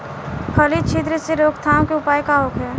फली छिद्र से रोकथाम के उपाय का होखे?